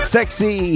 Sexy